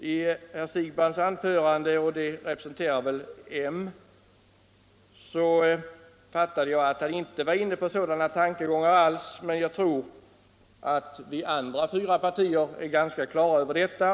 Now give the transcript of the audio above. Av herr Siegbahns anförande — och det representerar väl moderata samlingspartiet — fattade jag att han inte var inne på sådana tankegångar alls. Men jag tror att vi i de andra fyra partierna är ganska klara över detta.